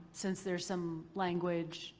since there's some language.